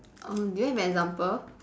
um do you have an example